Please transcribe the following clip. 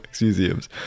museums